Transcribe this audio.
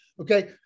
Okay